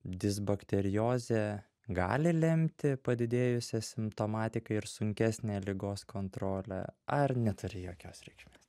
disbakteriozė gali lemti padidėjusią simptomatiką ir sunkesnę ligos kontrolę ar neturi jokios reikšmės